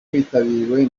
witabiriwe